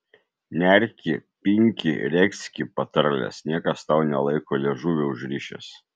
nerki pinki regzki patarles niekas tau nelaiko liežuvio užrišęs